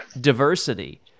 diversity